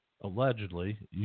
allegedly